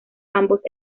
ambos